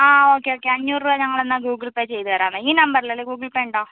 ആ okay okay അഞ്ഞൂറ് രൂപ ഞങ്ങളെന്നാൽ ഗൂഗിൾ പേ ചെയ്ത് തരാമേ ഈ നമ്പറിലല്ലേ ഗൂഗിൾ പേ ഉണ്ടോ